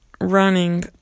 Running